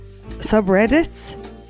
subreddits